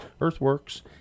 Earthworks